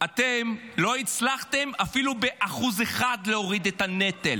אתם לא הצלחתם להוריד את הנטל